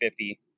50